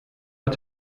hat